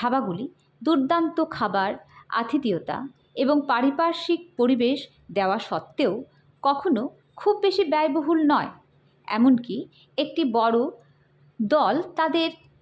ধাবাগুলি দুর্দান্ত খাবার আতিথেয়তা এবং পারিপার্শ্বিক পরিবেশ দেওয়া সত্ত্বেও কখনো খুব বেশি ব্যয়বহুল নয় এমনকি একটি বড়ো দল তাদের